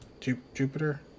Jupiter